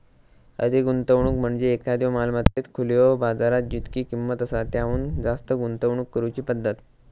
अति गुंतवणूक म्हणजे एखाद्यो मालमत्तेत खुल्यो बाजारात जितकी किंमत आसा त्याहुन जास्त गुंतवणूक करुची पद्धत